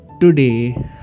Today